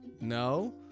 No